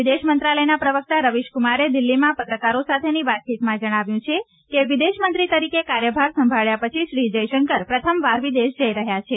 વિદેશમંત્રાલયના પ્રવક્તા રવિશકુમારે દિલ્હીમાં પત્રકારો સાથેની વાતચીતમાં જણાવ્યું છે કે વિદેશ મંત્રી તરીકે કાર્યભાર સંભાળ્યા પછી શ્રી જયશંકર પ્રથમવાર વિદેશ જઈ રહ્યા છે